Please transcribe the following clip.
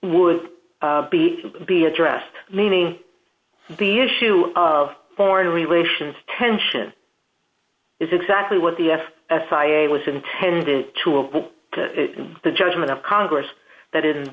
would be to be addressed meaning the issue of foreign relations tension is exactly what the f s i a was intended to avoid the judgment of congress that in